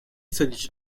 italie